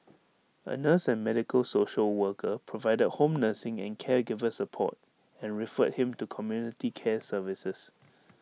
A nurse and medical social worker provided home nursing and caregiver support and referred him to community care services